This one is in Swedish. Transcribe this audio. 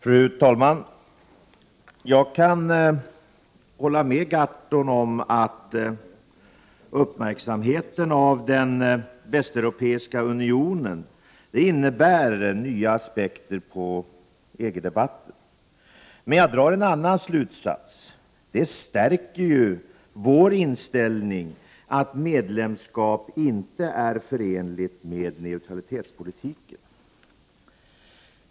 Fru talman! Jag kan hålla med Per Gahrton om att uppmärksamheten på den västeuropeiska unionen innebär nya aspekter på EG-debatten. Men jag drar en annan slutsats än Per Gahrton, nämligen att detta stärker vår inställning att medlemskap inte är förenligt med neutralitetspolitiken.